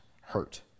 hurt